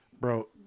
Bro